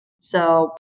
So-